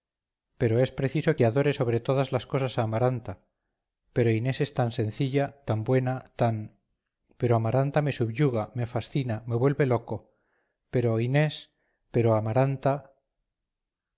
pero es preciso que adore sobre todas las cosas a amaranta pero inés es tan sencilla tan buena tan pero amaranta me subyuga me fascina me vuelve loco pero inés pero amaranta